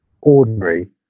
ordinary